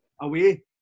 away